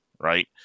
right